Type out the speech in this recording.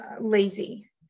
lazy